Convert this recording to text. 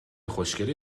خوشگلی